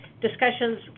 discussions